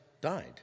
died